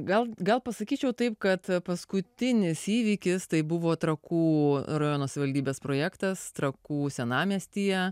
gal gal pasakyčiau taip kad paskutinis įvykis tai buvo trakų rajono savivaldybės projektas trakų senamiestyje